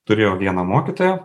turėjau vieną mokytoją